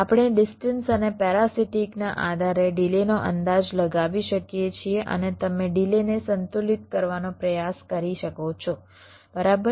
આપણે ડિસ્ટન્સ અને પેરાસિટીકના આધારે ડિલેનો અંદાજ લગાવી શકીએ છીએ અને તમે ડિલેને સંતુલિત કરવાનો પ્રયાસ કરી શકો છો બરાબર